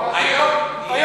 היום, ברור.